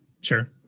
Sure